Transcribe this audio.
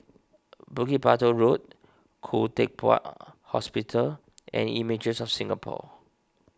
Bukit Batok Road Khoo Teck Puat Hospital and Images of Singapore